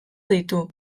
ditu